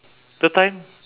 third time